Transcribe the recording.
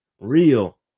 real